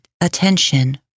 attention